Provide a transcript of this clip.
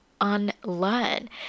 unlearn